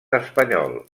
espanyol